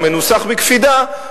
המנוסח בקפידה,